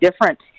different